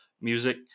music